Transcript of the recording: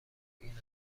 این